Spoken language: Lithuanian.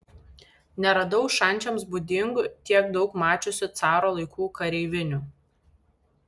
neradau šančiams būdingų tiek daug mačiusių caro laikų kareivinių